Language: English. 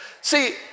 See